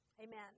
Amen